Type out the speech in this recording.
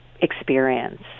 experience